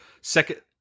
second